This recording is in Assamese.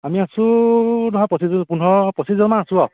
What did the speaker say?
আমি আছোঁ ধৰক পঁচিছ পোন্ধৰ পঁচিছজনমান আছোঁ আৰু